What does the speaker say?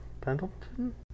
Pendleton